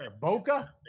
Boca